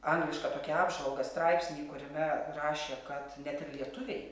anglišką tokią apžvalga straipsnį kuriame rašė kad net ir lietuviai